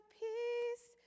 peace